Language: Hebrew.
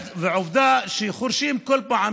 עובדה שחורשים כל פעם,